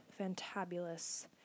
fantabulous